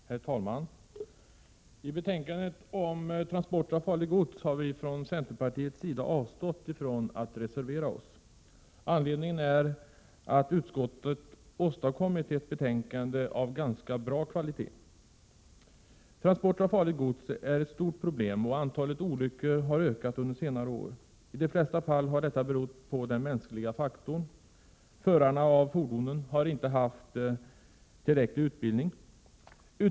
Herr talman! I betänkandet om transporter av farligt gods har vi i centern avstått från att reservera oss. Anledningen härtill är att utskottet åstadkommit ett betänkande av ganska bra kvalitet. Transporter av farligt gods är ett stort problem, och antalet olyckor har ökat under senare år. I de flesta fall har olyckorna berott på den mänskliga faktorn. Förarna av fordonen har inte haft tillräcklig utbildning.